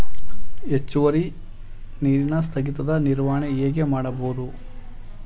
ಹೆಚ್ಚುವರಿ ನೀರಿನ ಸ್ಥಗಿತದ ನಿರ್ವಹಣೆ ಹೇಗೆ ಮಾಡಬಹುದು?